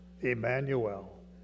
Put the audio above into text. Emmanuel